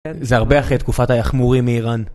זה הרבה אחרי תקופת היחמורים מאיראן.